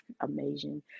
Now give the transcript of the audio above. amazing